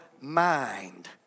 mind